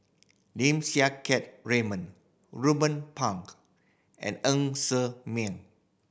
Lim Siang Keat Raymond Ruben Pang and Ng Ser Miang